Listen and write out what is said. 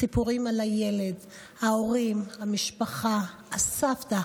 הסיפורים על הילד, ההורים, המשפחה, הסבתא.